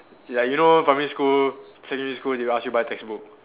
like you know primary school secondary school they will ask you buy textbook